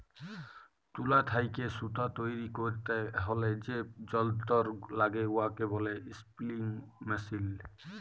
তুলা থ্যাইকে সুতা তৈরি ক্যইরতে হ্যলে যে যল্তর ল্যাগে উয়াকে ব্যলে ইস্পিলিং মেশীল